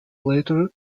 later